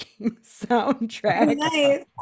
soundtrack